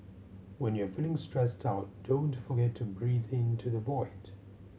when you are feeling stressed out don't forget to breathe into the void